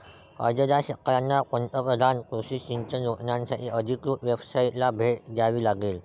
अर्जदार शेतकऱ्यांना पंतप्रधान कृषी सिंचन योजनासाठी अधिकृत वेबसाइटला भेट द्यावी लागेल